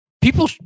people